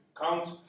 count